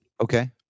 Okay